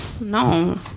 no